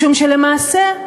משום שלמעשה,